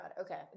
Okay